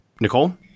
Nicole